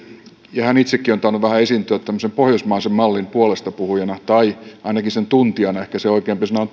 ja hän itsekin on tainnut vähän esiintyä pohjoismaisen mallin puolestapuhujana tai ainakin sen tuntijana ehkä se oikeampi sana on